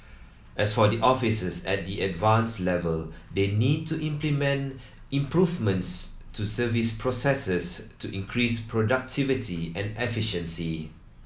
as for the officers at the Advanced level they need to implement improvements to service processes to increase productivity and efficiency